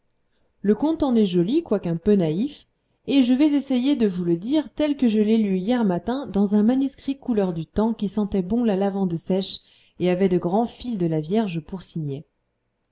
le conte en est joli quoique un peu naïf et je vais essayer de vous le dire tel que je l'ai lu hier matin dans un manuscrit couleur du temps qui sentait bon la lavande sèche et avait de grands fils de la vierge pour signets